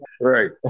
Right